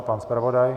Pan zpravodaj?